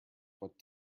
what